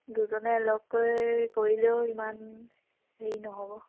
দুজনে লগকৈ কৰিলেও ইমান হেৰি নহ'ব